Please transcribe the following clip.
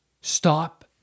Stop